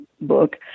book